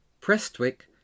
Prestwick